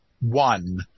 one